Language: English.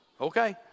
Okay